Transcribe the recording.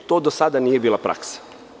To do sada nije bila praksa.